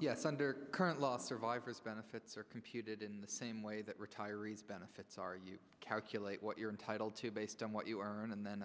yes under current law survivor's benefits are computed in the same way that retirees benefits are you calculate what you're entitled to based on what you earn and then